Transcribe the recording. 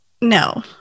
No